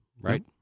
right